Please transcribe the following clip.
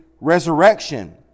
resurrection